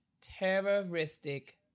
Terroristic